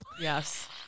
Yes